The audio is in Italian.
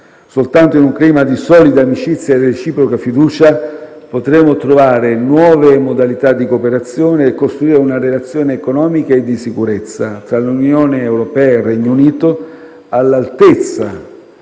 Soltanto in un clima di solida amicizia e reciproca fiducia potremo trovare nuove modalità di cooperazione e costruire una relazione economica e di sicurezza tra l'Unione europea e il Regno Unito all'altezza